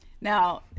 Now